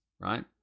right